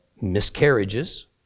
miscarriages